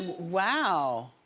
wow.